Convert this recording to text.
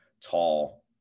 tall